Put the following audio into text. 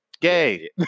gay